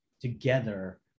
together